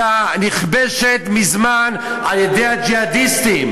היא הייתה נכבשת מזמן על-ידי הג'יהאדיסטים,